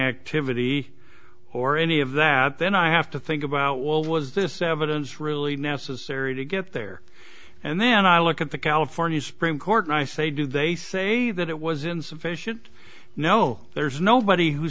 activity or any of that then i have to think about well was this evidence really necessary to get there and then i look at the california supreme court and i say do they say that it was insufficient no there's nobody who